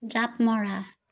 জাঁপ মৰা